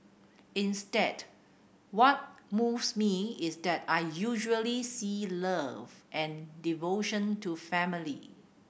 instead what moves me is that I usually see love and devotion to family